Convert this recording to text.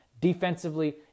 Defensively